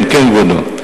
כן, כבודו.